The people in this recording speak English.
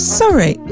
sorry